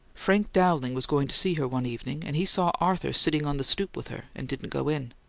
frank dowling was going to see her one evening and he saw arthur sitting on the stoop with her, and didn't go in.